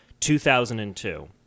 2002